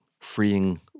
freeing